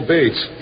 Bates